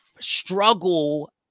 struggle